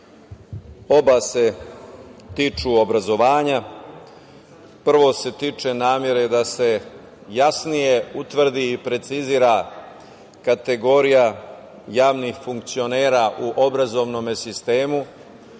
Oba se tiču obrazovanja. Prvo se tiče namere da se jasnije utvrdi i precizira kategorija javnih funkcionera u obrazovnom sistemu,